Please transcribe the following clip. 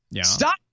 Stop